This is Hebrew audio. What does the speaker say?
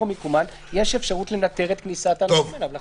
ומיקומן יש אפשרות לנטר את כניסת האנשים אליו.